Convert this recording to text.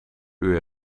uur